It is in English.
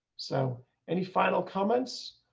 so any final comments.